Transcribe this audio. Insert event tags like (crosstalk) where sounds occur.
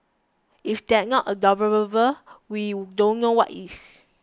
if that's not (unintelligible) we don't know what is